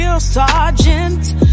sergeant